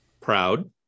Proud